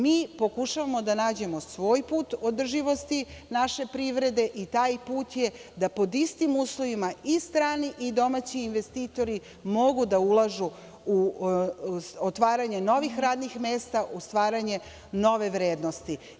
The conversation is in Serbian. Mi pokušavamo da nađemo svoj put održivosti naše privrede i taj put je da pod istim uslovima i strani i domaći investitori mogu da ulažu u otvaranje novih radnih mesta, u stvaranje nove vrednosti.